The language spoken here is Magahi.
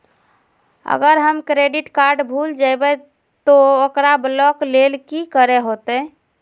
अगर हमर क्रेडिट कार्ड भूल जइबे तो ओकरा ब्लॉक लें कि करे होते?